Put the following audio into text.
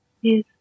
Yes